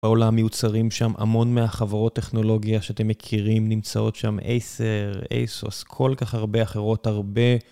בעולם מיוצרים שם, המון מהחברות טכנולוגיה שאתם מכירים נמצאות שם, Acer, Asus, כל כך הרבה אחרות, הרבה